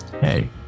Hey